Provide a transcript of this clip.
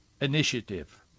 Initiative